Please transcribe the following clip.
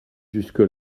jusque